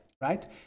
right